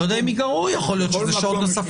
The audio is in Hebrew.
אז הם ייגרעו, יכול להיות שזה יהיה שעות נוספות.